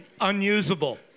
unusable